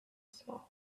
smaller